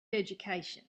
education